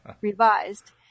revised